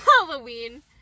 Halloween